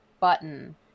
button